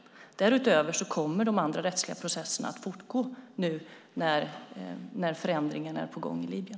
Därutöver kommer de rättsliga processerna att fortgå nu när förändringen är på gång i Libyen.